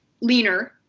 leaner